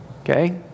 Okay